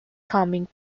coming